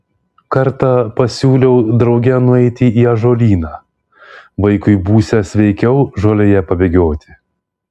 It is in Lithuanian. kartą pasiūliau drauge nueiti į ąžuolyną vaikui būsią sveikiau žolėje pabėgioti